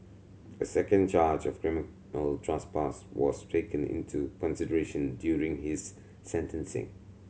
a second charge of criminal trespass was taken into consideration during his sentencing